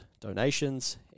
donations